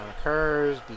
occurs